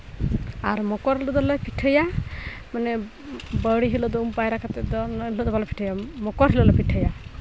ᱟᱨ ᱢᱚᱠᱚᱨ ᱨᱮᱫᱚᱞᱮ ᱯᱤᱴᱷᱟᱹᱭᱟ ᱢᱟᱱᱮ ᱵᱟᱹᱣᱬᱤ ᱦᱤᱞᱮᱜ ᱫᱚ ᱩᱢ ᱯᱟᱭᱨᱟ ᱠᱟᱛᱮᱫ ᱫᱚ ᱮᱱ ᱦᱤᱞᱳᱜ ᱫᱚ ᱵᱟᱝᱞᱮ ᱯᱤᱴᱷᱟᱹᱭᱟ ᱢᱚᱠᱚᱨ ᱦᱤᱞᱳᱜ ᱞᱮ ᱯᱤᱴᱷᱟᱹᱭᱟ